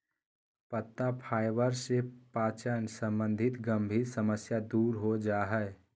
पत्ता फाइबर से पाचन संबंधी गंभीर समस्या दूर हो जा हइ